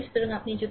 সুতরাং আপনি যদি